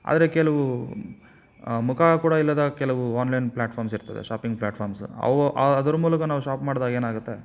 ಆದರೆ ಕೆಲವು ಮುಖ ಕೂಡ ಇಲ್ಲದ ಕೆಲವು ಆನ್ಲೈನ್ ಪ್ಲ್ಯಾಟ್ಫಾರ್ಮ್ಸ್ ಇರ್ತದೆ ಶಾಪಿಂಗ್ ಪ್ಲ್ಯಾಟ್ಫಾರ್ಮ್ಸ್ ಅವು ಆ ಅದ್ರ ಮೂಲಕ ನಾವು ಶಾಪ್ ಮಾಡ್ದಾಗ ಏನಾಗುತ್ತೆ